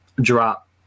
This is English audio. drop